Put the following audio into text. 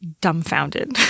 dumbfounded